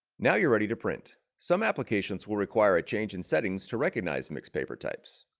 now you're ready to print. some applications will require a change in settings to recognize mixed paper types.